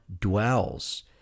dwells